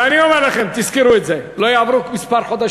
ואני אומר לכם, תזכרו את זה, לא יעברו כמה חודשים,